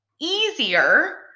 easier